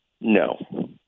No